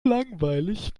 langweilig